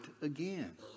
again